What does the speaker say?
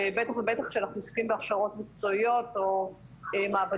בטח ובטח כשאנחנו עוסקים בהכשרות מקצועיות או מעבדות,